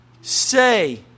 say